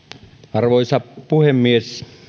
arvoisa puhemies